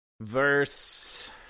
verse